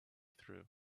through